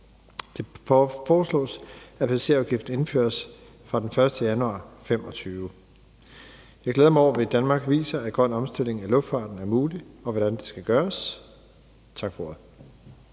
Det foreslås, at passagerafgiften indføres fra den 1. januar 2025. Jeg glæder mig over, at vi i Danmark viser, at grøn omstilling af luftfarten er mulig, og hvordan det skal gøres. Tak for